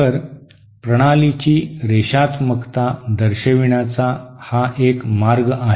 तर प्रणालीची रेषात्मकता दर्शविण्याचा हा एक मार्ग आहे